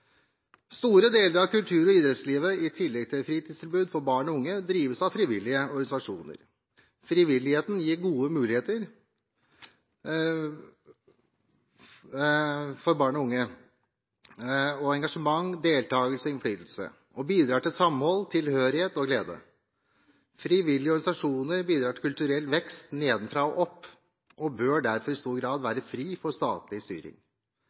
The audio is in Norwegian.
Store deler av kultur- og idrettslivet, i tillegg til fritidstilbud for barn og unge, drives av frivillige organisasjoner. Frivilligheten gir gode muligheter for barn og unge, engasjement, deltakelse og innflytelse og bidrar til samhold, tilhørighet og glede. Frivillige organisasjoner bidrar til kulturell vekst nedenfra og opp og bør derfor i stor grad være fri for statlig styring.